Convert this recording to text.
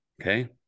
Okay